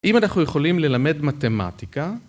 אם אנחנו יכולים ללמד מתמטיקה...